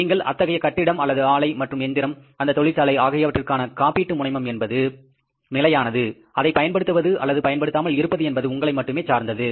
நீங்கள் அத்தகைய கட்டிடம் அந்த ஆலை மற்றும் எந்திரம் அந்த தொழிற்சாலை ஆகியவற்றுக்கான காப்பீட்டு முனைமம் என்பது நிலையானது அதை பயன்படுத்துவது அல்லது பயன்படுத்தாமல் இருப்பது என்பது உங்களை மட்டும் சார்ந்தது